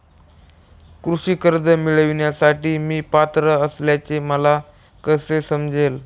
कृषी कर्ज मिळविण्यासाठी मी पात्र असल्याचे मला कसे समजेल?